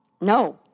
No